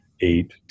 eight